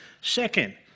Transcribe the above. Second